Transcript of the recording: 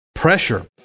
Pressure